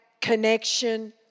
connection